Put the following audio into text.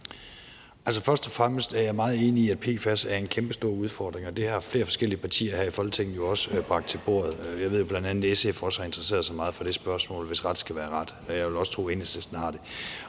Først og fremmest er jeg meget enig i, at PFAS er en kæmpestor udfordring, og det har flere forskellige partier her i Folketinget jo også bragt til bordet. Jeg ved, at bl.a. SF har interesseret sig meget for det spørgsmål – ret skal være ret – og jeg vil også tro, at Enhedslisten har det.